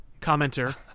commenter